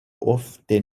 ofte